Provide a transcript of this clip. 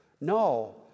No